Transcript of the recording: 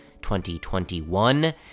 2021